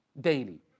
Daily